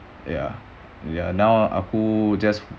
ya ya now aku just